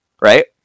Right